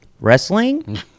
wrestling